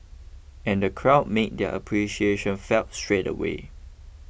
and the crowd made their appreciation felt straight away